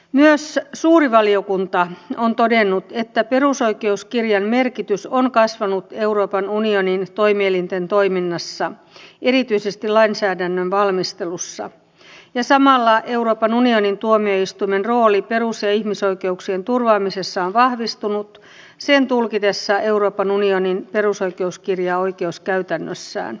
myös suuri valiokunta on todennut että perusoikeuskirjan merkitys on kasvanut euroopan unionin toimielinten toiminnassa erityisesti lainsäädännön valmistelussa ja samalla euroopan unionin tuomioistuimen rooli perus ja ihmisoikeuksien turvaamisessa on vahvistunut sen tulkitessa euroopan unionin perusoikeuskirjaa oikeuskäytännössään